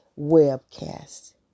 webcast